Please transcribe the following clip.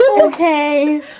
Okay